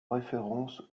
référence